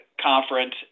conference